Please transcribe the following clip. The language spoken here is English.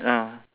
ah